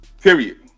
period